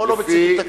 פה לא מציגים תקציב.